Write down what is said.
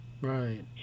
Right